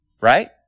right